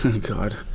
God